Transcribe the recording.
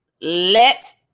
let